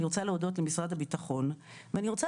אני רוצה להודות למשרד הבטחון ואני רוצה